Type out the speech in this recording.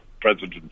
president